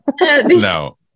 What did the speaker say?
no